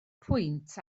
pwynt